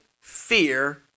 fear